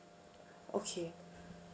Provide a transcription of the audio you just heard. okay